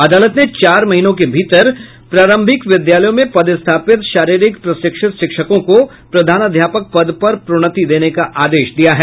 अदालत ने चार महीनों के भीतर प्रारंभिक विद्यालयों में पदस्थापित शारीरिक प्रशिक्षित शिक्षकों को प्रधानाध्यापक पद पर प्रोन्नति देने का आदेश दिया है